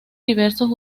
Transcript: diversos